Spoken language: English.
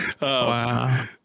Wow